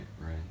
right